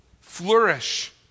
Flourish